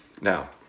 now